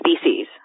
species